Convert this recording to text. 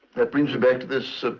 that brings me back to this